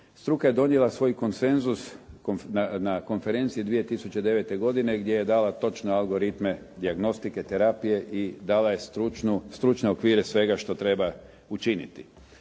struka je donijela svoj konsenzus na konferenciji 2009. godine gdje je dala točne algoritme, dijagnostike, terapije i dala je stručne okvire svega što treba učiniti.